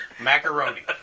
Macaroni